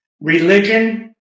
religion